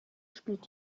spielt